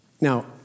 Now